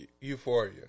euphoria